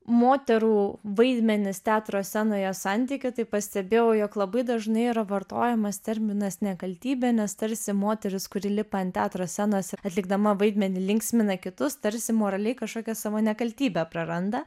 moterų vaidmenis teatro scenoje santykiu tai pastebėjau jog labai dažnai yra vartojamas terminas nekaltybė nes tarsi moteris kuri lipa ant teatro scenos atlikdama vaidmenį linksmina kitus tarsi moraliai kažkokią savo nekaltybę praranda